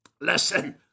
Listen